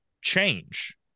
change